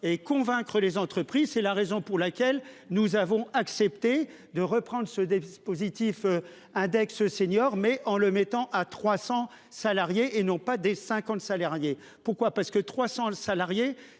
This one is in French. et convaincre les entreprises. C'est la raison pour laquelle nous avons accepté de reprendre ce des dispositifs. Index senior mais en le mettant à 300 salariés et non pas des 50 salariés. Pourquoi, parce que 300 salariés.